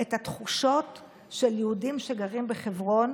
את התחושות של יהודים שגרים בחברון,